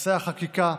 מעשה החקיקה,